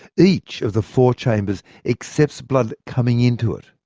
each of the four chambers accepts blood coming into it,